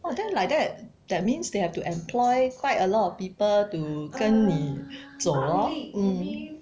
oh then like that that means they have to employ quite a lot of people to 跟你走 lor mm